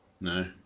No